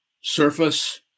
Surface